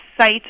site